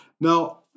Now